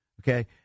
Okay